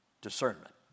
discernment